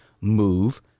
move